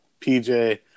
PJ